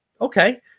Okay